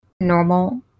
normal